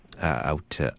out